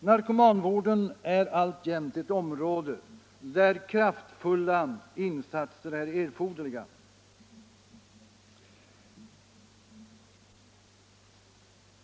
Narkomanvården är alltjämt ett område där kraftfulla insatser är er " forderliga.